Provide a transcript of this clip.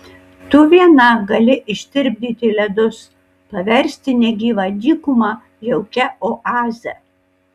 tu viena gali ištirpdyti ledus paversti negyvą dykumą jaukia oaze